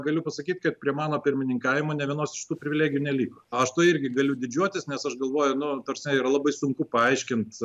galiu pasakyt kad prie mano pirmininkavimo nė vienos iš šitų privilegijų neliko aš tai irgi galiu didžiuotis nes aš galvoju nu ta prasme yra labai sunku paaiškint